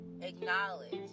acknowledge